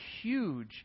huge